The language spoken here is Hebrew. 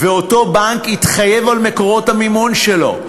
ואותו בנק התחייב על מקורות המימון שלו.